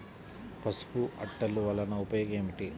పసుపు అట్టలు వలన ఉపయోగం ఏమిటి?